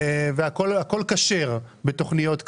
הכול כשר בתוכניות כאלו.